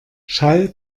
schall